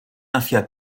hacia